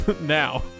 Now